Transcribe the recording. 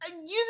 use